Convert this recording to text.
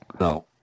no